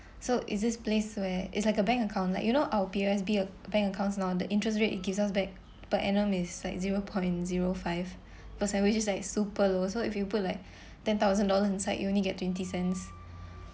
so is this place where it's like a bank account like you know our P_O_S_B bank accounts now the interest rate gives us back per annum is like zero point zero five percent which is like super lower so if you put like ten thousand dollars inside you only get twenty cents